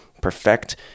perfect